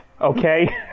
okay